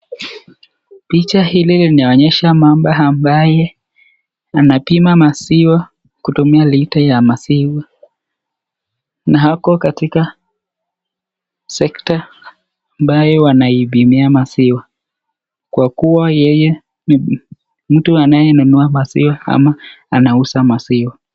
Picha hili linaonyesha mama ambaye anapima maziwa kutumia lita ya maziwa na ako katika sector ambayo anaipimia maziwa kwa kua yeye ni mtu anayenunua maziwa ama anauza maziwa.